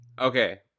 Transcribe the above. okay